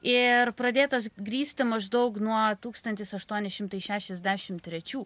ir pradėtos grįsti maždaug nuo tūkstantis aštuoni šimtai šešiasdešimt trečių